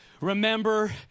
remember